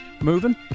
moving